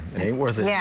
ain't worth it. yeah